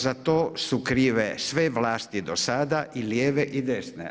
Za to su krive sve vlasti do sada i lijeve i desne.